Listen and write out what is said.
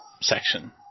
section